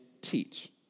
teach